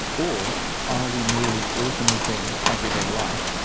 or are we merely automating everyday life,